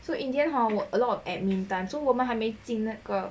so in the end hor a lot of admin time so 我们还没进那个